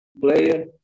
player